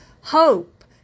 hope